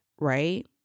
right